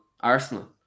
Arsenal